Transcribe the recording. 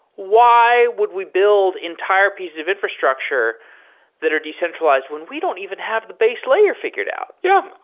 why would we build entire pieces of infrastructure that are decentralized when we don't even have the base layer fi gured out? yeah.